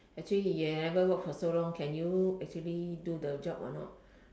actually you haven't work for so long can you actually do the job or not